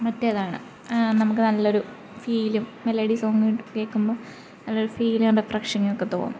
മറ്റേതാണ് നമുക്ക് നല്ലൊരു ഫീലും മെലഡി സോങ്ങ് കേള്ക്കുമ്പോള് നല്ലൊരു ഫീലും റിഫ്രഷിങ്ങുമൊക്കെ തോന്നും